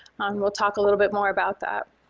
we'll talk a little bit more about that.